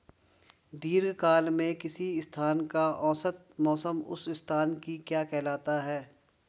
दीर्घकाल में किसी स्थान का औसत मौसम उस स्थान की क्या कहलाता है?